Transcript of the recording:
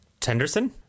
Tenderson